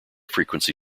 frequency